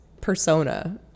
persona